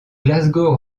glasgow